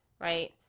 right